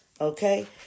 Okay